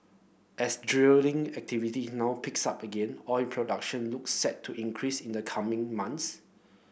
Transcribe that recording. as drilling activity now picks up again oil production looks set to increase in the coming months